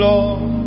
Lord